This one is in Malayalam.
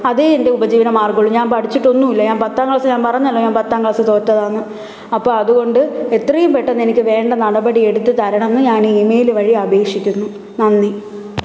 അതേ എന്റെ ഉപജീവനമാർഗ്ഗം ഉള്ളു ഞാൻ പഠിച്ചിട്ടൊന്നുമില്ല ഞാൻ പത്താം ക്ലാസ്സ് ഞാൻ പറഞ്ഞല്ലൊ ഞാൻ പത്താം ക്ലാസ്സ് തോറ്റതാണെന്ന് അപ്പോൾ അതുകൊണ്ട് എത്രയും പെട്ടെന്ന് എനിക്ക് വേണ്ട നടപടിയെടുത്ത് തരണം എന്ന് ഞാൻ ഈമെയില് വഴി അപേക്ഷിക്കുന്നു നന്ദി